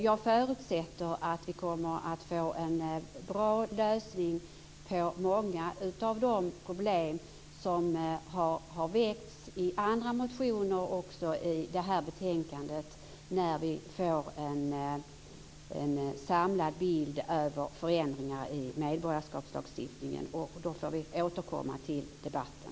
Jag förutsätter att vi kommer att få en bra lösning på många av de problem som har tagits upp i andra motioner till betänkandet när vi får en samlad bild över förändringar i medborgarskapslagstiftningen. Då får vi återkomma till debatten.